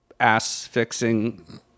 Ass-fixing